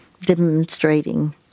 demonstrating